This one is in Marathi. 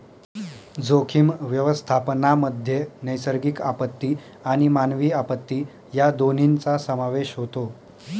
जोखीम व्यवस्थापनामध्ये नैसर्गिक आपत्ती आणि मानवी आपत्ती या दोन्हींचा समावेश होतो